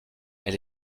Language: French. elle